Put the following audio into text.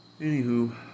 Anywho